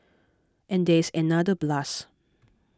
and there is another plus